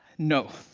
no!